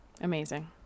Amazing